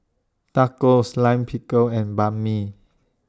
Tacos Lime Pickle and Banh MI